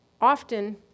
Often